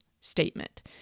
statement